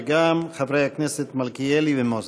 וגם חברי הכנסת מלכיאלי ומוזס.